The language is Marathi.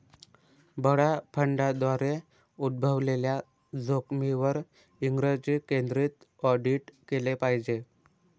बडा फंडांद्वारे उद्भवलेल्या जोखमींवर इंग्रजी केंद्रित ऑडिट केले पाहिजे